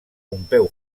pompeu